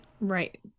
Right